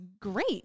great